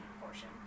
portion